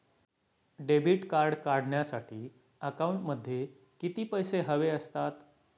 Debit card काढण्यासाठी अकाउंटमध्ये किती पैसे हवे असतात?